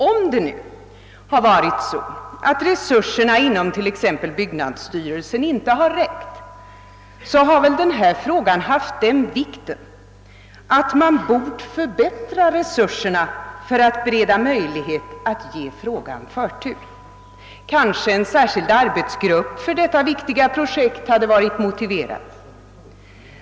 Om det har varit så att resurserna inom t. ex byggnadsstyrelsen inte har räckt, har väl denna sak haft sådan vikt att man bort förbättra resurserna för att bereda möjlighet att ge den förtur. En särskild arbetsgrupp för detta viktiga projekt kanske hade varit motiverad.